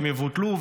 הן יבוטלו,